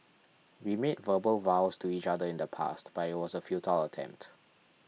we made verbal vows to each other in the past but it was a futile attempt